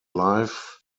life